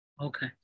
Okay